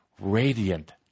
radiant